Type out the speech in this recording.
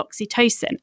oxytocin